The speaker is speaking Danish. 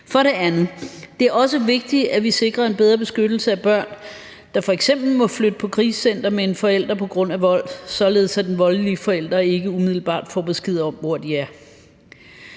For det andet: Det er også vigtigt, at vi sikrer en bedre beskyttelse af børn, der f.eks. må flytte på krisecenter med en forælder på grund af vold, således at den voldelige forælder ikke umiddelbart får besked om, hvor de er.